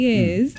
Yes